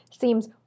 seems